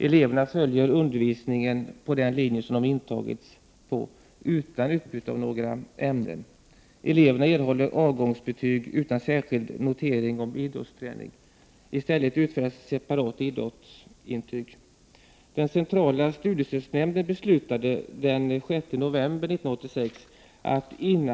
Eleverna följer undervisningen på den linje där de har intagits, utan utbyte av några ämnen. Eleverna erhåller avgångsbetyg utan särskild notering om idrottsträning. I stället utfärdas separat idrottsintyg.